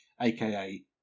aka